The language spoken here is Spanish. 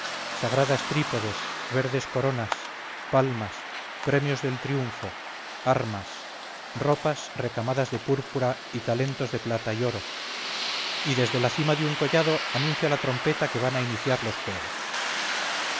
sagradas trípodes verdes coronas palmas premios del triunfo armas ropas recamadas de púrpura y talentos de plata y oro y desde la cima de un collado anuncia la trompeta que van a principiar los juegos